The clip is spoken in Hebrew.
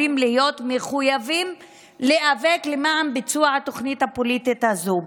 להיות מחויב להיאבק למען ביצוע התוכנית הפוליטית הזאת.